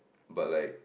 but like